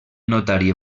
notari